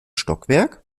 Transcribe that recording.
stockwerk